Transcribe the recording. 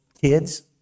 kids